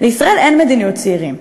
לישראל אין מדיניות צעירים.